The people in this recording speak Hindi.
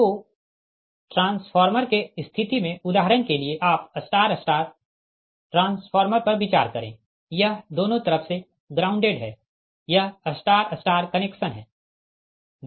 तो ट्रांसफार्मर के स्थिति में उदाहरण के लिए आप स्टार स्टार ट्रांसफार्मर पर विचार करें यह दोनों तरफ से ग्राउंडेड है यह स्टार स्टार कनेक्शन है